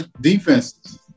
defenses